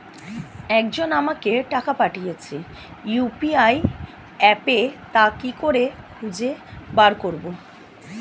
একজন আমাকে টাকা পাঠিয়েছে ইউ.পি.আই অ্যাপে তা কি করে খুঁজে বার করব?